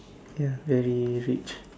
ya very rich